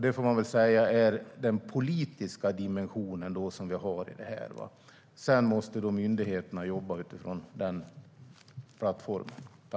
Det är den politiska dimensionen i detta. Sedan måste myndigheterna jobba utifrån den plattformen.